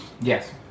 Yes